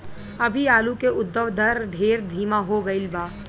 अभी आलू के उद्भव दर ढेर धीमा हो गईल बा